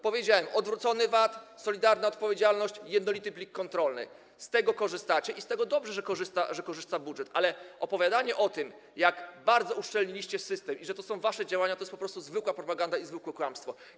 Powiedziałem: odwrócony VAT, solidarna odpowiedzialność i jednolity plik kontrolny - z tego korzystacie i dobrze, że z tego korzysta budżet, ale opowiadanie o tym, jak bardzo uszczelniliście system i że to są wasze działania, to jest po prostu zwykła propaganda i zwykłe kłamstwo.